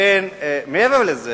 מעבר לזה,